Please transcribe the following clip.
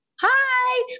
hi